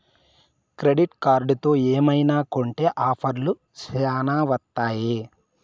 credit కార్డుతో ఏమైనా కొంటె ఆఫర్లు శ్యానా వత్తాయి